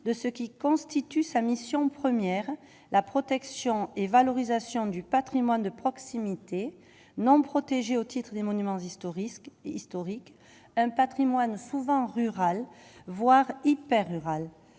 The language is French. de ce qui constitue sa mission première, la protection et valorisation du Patrimoine de proximité non protégés au titre des monuments historiques historique un Patrimoine souvent rurales, voire hyper-rural